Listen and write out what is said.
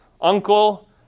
uncle